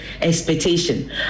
expectation